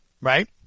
right